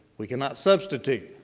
we cannot substitute.